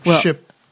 ship